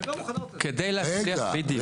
כדי להצליח, בדיוק.